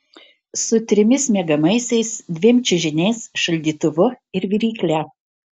su trimis miegamaisiais dviem čiužiniais šaldytuvu ir virykle